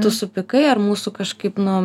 tu supykai ar mūsų kažkaip nu